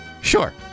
Sure